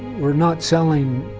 were not selling,